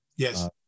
Yes